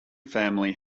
family